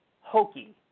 hokey